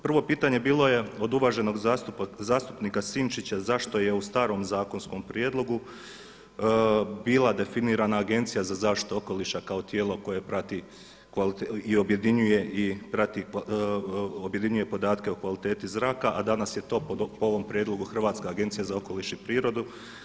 Prvo pitanje je bilo od uvaženog zastupnika Sinčića zašto je u starom zakonskom prijedlogu bila definirana Agencija za zaštitu okoliša kao tijelo koje prati i objedinjuje podatke o kvaliteti zraka a danas je to po ovom prijedlogu Hrvatska agencija za okoliš i prirodu.